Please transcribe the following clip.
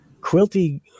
Quilty